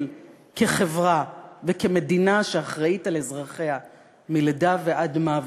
כחברה וכמדינה שאחראית על אזרחיה מלידה ועד מוות,